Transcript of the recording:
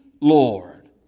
lord